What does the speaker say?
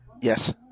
Yes